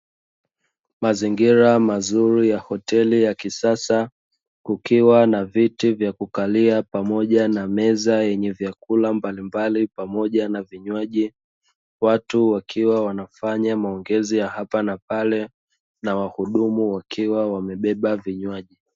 Mazingira mazuri ya hoteli ya kisasa kukiwa na viti vya makochi mazuri ya kisasa pamoja nameza yenye vyakula mbalimbali pamoja na vinywaji ,watu wakiwa wanafanya maongezi ya hapa na wahudumu wakiwa wamebeba vinywaji.